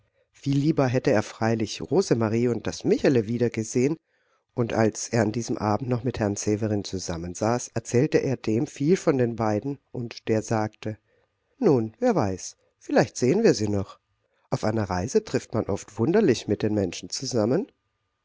viel lieber hätte er freilich rosemarie und das michele wiedergesehen und als er an diesem abend noch mit herrn severin zusammensaß erzählte er dem viel von den beiden und der sagte nun wer weiß vielleicht sehen wir sie noch auf einer reise trifft man oft wunderlich mit den menschen zusammen